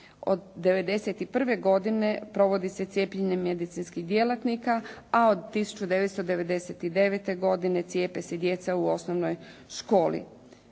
Od 91. godine provodi se cijepljenje medicinskih djelatnika a od 1999. godine cijepe se djeca u osnovnoj školi.